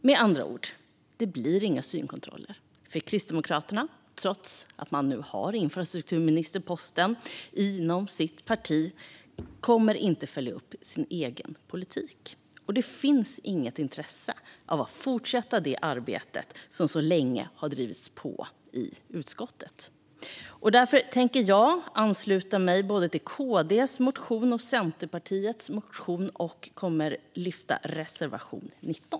Med andra ord: Det blir inga synkontroller, för Kristdemokraterna, trots att man nu har infrastrukturministerposten inom sitt parti, kommer inte att följa upp sin egen politik. Och det finns inget intresse av att fortsätta det arbete som man så länge har drivit på för i utskottet. Därför tänker jag ansluta mig till KD:s och Centerpartiets motion och yrka bifall till reservation 19.